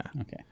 Okay